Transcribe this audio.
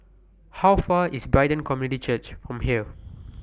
How Far away IS Brighton Community Church from here